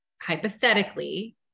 hypothetically